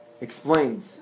explains